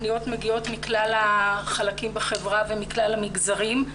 הפניות מגיעות מכלל החלקים בחברה ומכלל המגזרים.